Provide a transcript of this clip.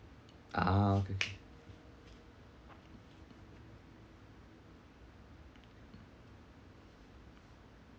ah okay okay